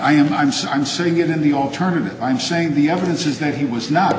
i am i'm so i'm seeing it in the alternative i'm saying the evidence is that he was not